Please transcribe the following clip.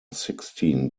sixteen